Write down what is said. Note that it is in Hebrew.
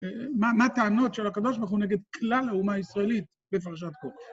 מה הטענות של הקדוש ברוך הוא נגד כלל האומה הישראלית בפרשת קרח?